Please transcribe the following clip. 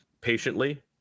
patiently